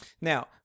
now